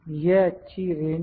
यह अच्छी रेंज है